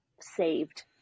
saved